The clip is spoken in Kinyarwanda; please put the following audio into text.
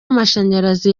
amashanyarazi